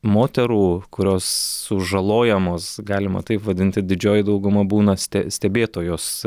moterų kurios sužalojamos galima taip vadinti didžioji dauguma būna ste stebėtojos